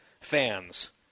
fans